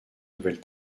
nouvelle